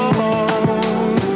home